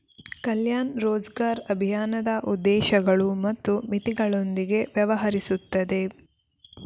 ಕಲ್ಯಾಣ್ ರೋಜ್ಗರ್ ಅಭಿಯಾನದ ಉದ್ದೇಶಗಳು ಮತ್ತು ಮಿತಿಗಳೊಂದಿಗೆ ವ್ಯವಹರಿಸುತ್ತದೆ